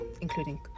including